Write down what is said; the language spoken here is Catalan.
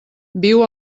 viu